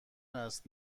است